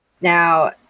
Now